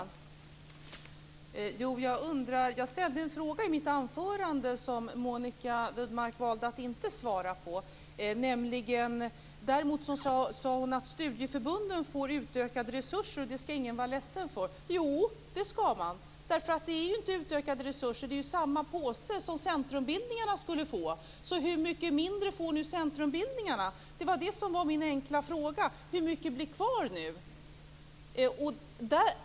Herr talman! Jag ställde en fråga i mitt anförande som Monica Widnemark valde att inte svar på. Däremot sade hon att studieförbunden får utökade resurser, och det skall ingen vara ledsen för. Jo, det skall man. Det är inte utökade resurser. De tas från samma påse som de som centrumbildningarna skulle få från. Hur mycket mindre får nu centrumbildningarna? Det var det som var min enkla fråga. Hur mycket blir nu kvar?